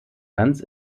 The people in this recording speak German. ganz